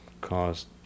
caused